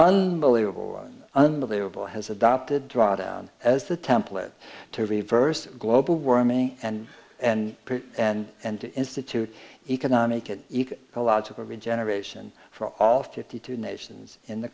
unbelievable unbelievable has adopted draw down as the template to reverse global warming and and and and institute economic it eak a logical regeneration for all fifty two nations in the